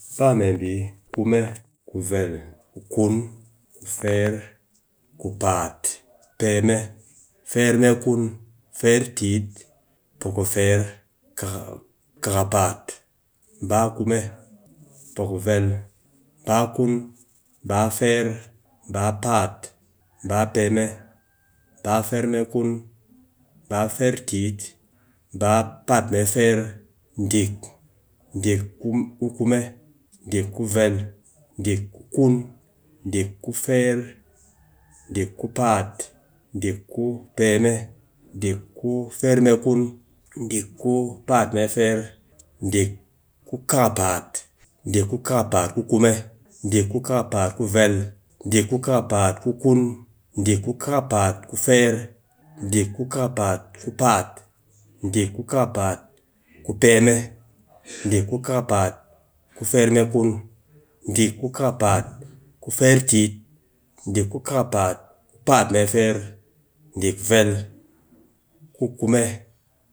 Ba mee mbi, kume, ku vel, ku kun, ku feer, ku paat, ku peme, feer mee kun, feer tit, poko feer, kakapaat, mba kume, poko vel, mba kun, mba feer, mba paat, mba peme, mba feer mee kun, mb feer tit, mba paat mee feer, dik, dik ku kume, dik ku vel, dik ku kun, dik ku feer, dik ku paat, dik ku peme, dik ku feer mee kun, dik ku paat mee feer, dik ku kakapaat, dik ku kakapaat ku kume, dik ku kakapaat ku vel, dik ku kakapaat ku kun, dik ku kakapaat ku feer, dik ku kakapaat ku paat, dik ku kakapaat ku peme, dik ku kakapaat ku feer mee kun, dik ku kakapaat ku feer tit, dik ku kakapaat ku paat mee feer, dik vel, ku kume